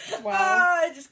Wow